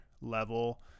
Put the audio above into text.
level